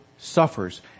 Suffers